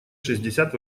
шестьдесят